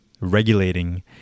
regulating